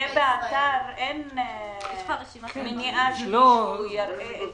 באתר, אין מניעה שמישהו יראה את זה.